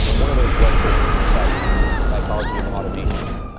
and one of those was the one on your site, the psychology of automation,